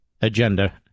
agenda